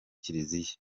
kiriziya